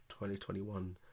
2021